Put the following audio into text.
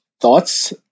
thoughts